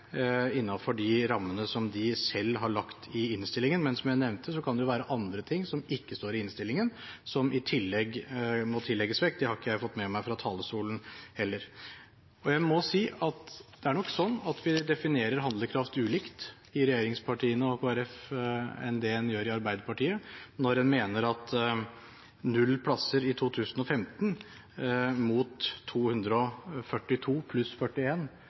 de rammene som de selv har lagt i innstillingen. Men som jeg nevnte, kan det jo være andre ting, som ikke står i innstillingen, som i tillegg må tillegges vekt. Det har ikke jeg fått med meg fra talerstolen heller. Jeg må si at det er nok sånn at vi definerer «handlekraft» annerledes i regjeringspartiene og Kristelig Folkeparti enn det en gjør i Arbeiderpartiet, når en mener at null plasser i 2015 – mot 242, pluss